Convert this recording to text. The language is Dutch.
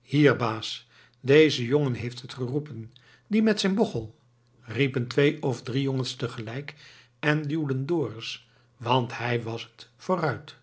hier baas deze jongen heeft het geroepen die met zijn bochel riepen twee of drie jongens te gelijk en duwden dorus want hij was het vooruit